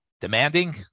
demanding